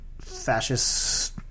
fascist